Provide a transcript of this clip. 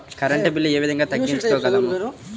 Current bill ఏ విధంగా తగ్గించుకోగలము?